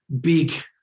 big